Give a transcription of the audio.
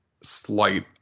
slight